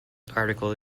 article